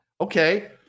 okay